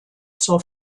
zur